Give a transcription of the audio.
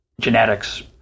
genetics